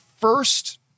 first